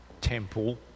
temple